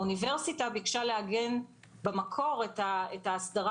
האוניברסיטה ביקשה לעגן במקור את ההסדרה